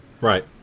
Right